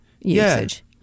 usage